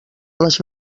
les